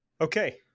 Okay